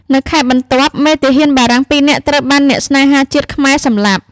នៅខែបន្ទាប់ មេទាហានបារាំងពីរនាក់ត្រូវបានអ្នកស្នេហាជាតិខ្មែរសម្លាប់។